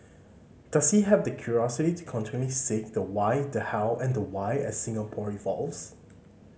does he have the curiosity to continually seek the why the how and the why as Singapore evolves